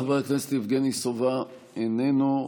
חבר הכנסת יבגני סובה, איננו.